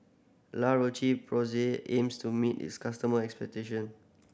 La Roche Porsay aims to meet its customer expectation